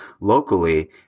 locally